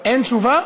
אין תשובה?